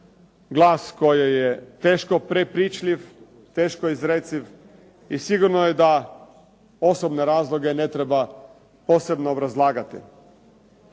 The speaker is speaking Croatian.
glas koji je teško prepričljiv, teško izreciv i sigurno je da osobne razloge ne treba posebno obrazlagati.